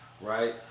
right